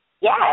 Yes